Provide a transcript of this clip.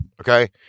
Okay